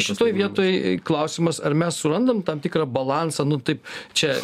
šitoj vietoj klausimas ar mes surandam tam tikrą balansą nu taip čia